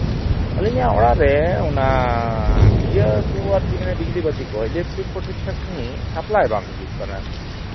ᱟᱹᱞᱤᱧᱟᱜ ᱚᱲᱟᱜ ᱨᱮ ᱚᱱᱟ ᱤᱭᱟᱹ ᱠᱚ ᱟᱨᱠᱤ ᱢᱟᱱᱮ ᱵᱤᱡᱽᱞᱤ ᱵᱟᱹᱛᱤ ᱠᱚ ᱤᱞᱮᱠᱴᱨᱤᱠ ᱠᱚ ᱴᱷᱤᱠᱼᱴᱷᱟᱠ ᱥᱟᱺᱦᱤᱡ ᱥᱟᱯᱞᱟᱭ ᱵᱟᱝ ᱦᱤᱡᱩᱜ ᱠᱟᱱᱟ